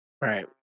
Right